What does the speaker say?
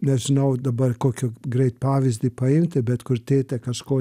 nežinau dabar kokio greit pavyzdį pajautė bet kur tėtė kažko